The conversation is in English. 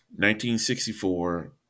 1964